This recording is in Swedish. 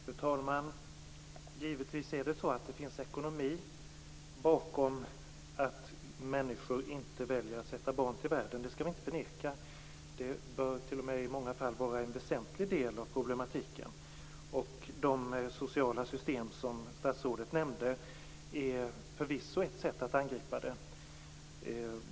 Fru talman! Givetvis finns det ekonomi bakom att människor väljer att inte sätta barn till världen. Det skall vi inte förneka. Det bör t.o.m. i många fall vara en väsentlig del av problematiken. De sociala system som statsrådet nämnde är förvisso ett sätt att angripa det.